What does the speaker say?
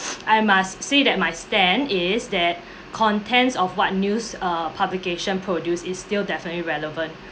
I must say that my stand is that contents of what news err publication produce is still definitely relevant